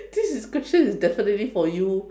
this is question is definitely for you